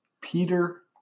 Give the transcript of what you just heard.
Peter